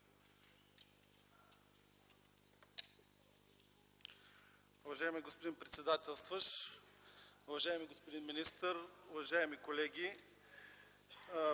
Уважаеми господин председателстващ, уважаеми господин министър, уважаеми колеги!